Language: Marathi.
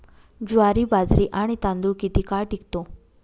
ज्वारी, बाजरी आणि तांदूळ किती काळ टिकतो?